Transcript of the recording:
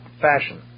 fashion